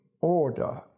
order